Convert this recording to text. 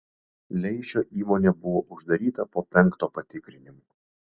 leišio įmonė buvo uždaryta po penkto patikrinimo